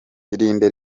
irinde